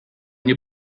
nie